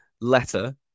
letter